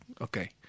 okay